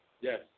Yes